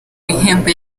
bihembo